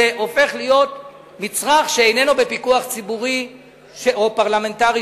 זה הופך להיות מצרך שאיננו בפיקוח ציבורי או פרלמנטרי,